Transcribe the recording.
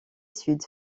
sud